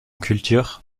culture